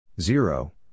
Zero